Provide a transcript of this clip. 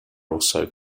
also